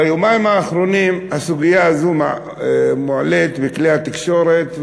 ביומיים האחרונים הסוגיה הזאת מועלית בכלי התקשורת,